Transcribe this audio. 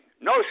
no